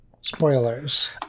Spoilers